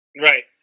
Right